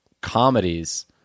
comedies